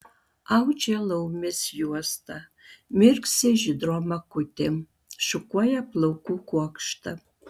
audžia laumės juostą mirksi žydrom akutėm šukuoja plaukų kuokštą